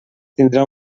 tindrà